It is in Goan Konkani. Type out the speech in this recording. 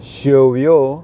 शेवयो